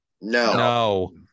No